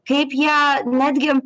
kaip jie netgi